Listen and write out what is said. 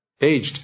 aged